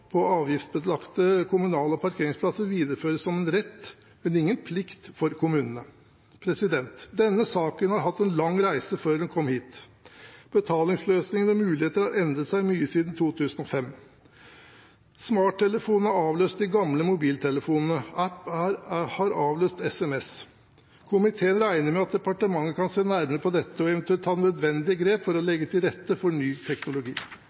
på avgiftsbelagte kommunale parkeringsplasser videreføres som en rett, men ingen plikt, for kommunene. Denne saken har hatt en lang reise før den kom hit. Betalingsløsninger og muligheter har endret seg mye siden 2005. Smarttelefonene har avløst de gamle mobiltelefonene. App-er har avløst sms. Komiteen regner med at departementet kan se nærmere på dette og eventuelt ta nødvendige grep for å legge til rette for ny teknologi.